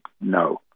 no